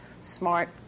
smart